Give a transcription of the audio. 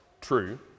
true